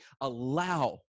allow